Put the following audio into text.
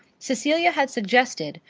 cecilia had suggested,